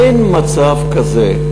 אין מצב כזה,